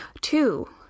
Two